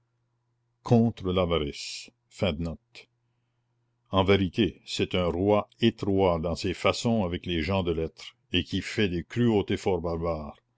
en vérité c'est un roi étroit dans ses façons avec les gens de lettres et qui fait des cruautés